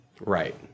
Right